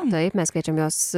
taip mes kviečiam jos